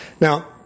Now